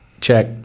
Check